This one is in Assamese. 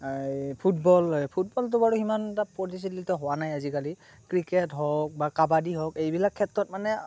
ফুটবল ফুটবলটো বাৰু সিমান এটা হোৱা নাই আজিকালি ক্ৰিকেট হওক বা কাবাদি হওক এইবিলাক ক্ষেত্ৰত মানে